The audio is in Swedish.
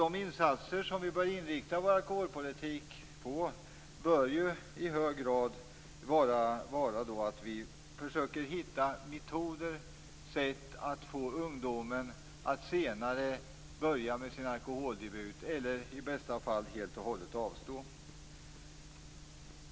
De insatser som vi bör inrikta vår alkoholpolitik på bör vara att försöka att hitta metoder för att få ungdomen att senare göra sin alkoholdebut eller att i bästa fall helt och hållet avstå.